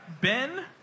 Ben